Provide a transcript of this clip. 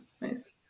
Nice